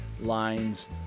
lines